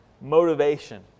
motivation